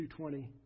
2.20